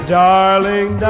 darling